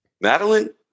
Madeline